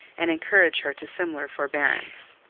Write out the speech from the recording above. and encourage her to similar forbearance.